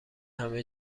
همه